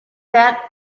that